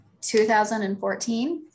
2014